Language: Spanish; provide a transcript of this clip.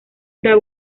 daba